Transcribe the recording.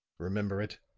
remember it?